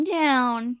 down